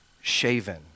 shaven